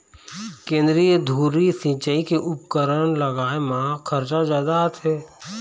केंद्रीय धुरी सिंचई के उपकरन लगाए म खरचा जादा आथे